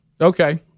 Okay